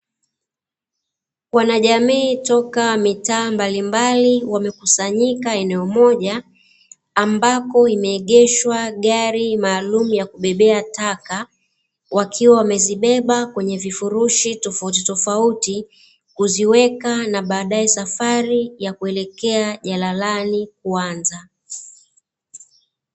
Wanajamii toka mitaa mbalimbali wamekusanyika eneo moja, ambako imeegeshwa gari maalumu ya kubebea taka, wakiwa wamezibeba kwenye vifurushi tofautitofauti, kuziweka na badaye safari ya kuelekea jalalani kuanza.